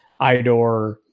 idor